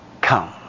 Come